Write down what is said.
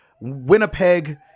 Winnipeg